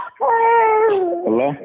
Hello